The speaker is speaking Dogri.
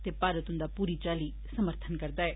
ते भारत उन्दा पूरी चाल्ली समर्थन करदा ऐ